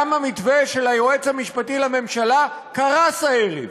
גם המתווה של היועץ המשפטי לממשלה קרס הערב,